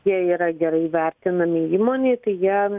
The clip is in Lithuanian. jie yra gerai vertinami įmonėj tai jie